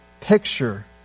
picture